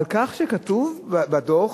בשל כך שכתוב בו,